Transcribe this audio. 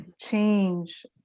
change